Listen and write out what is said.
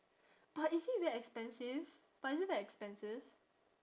but is it very expensive but is it very expensive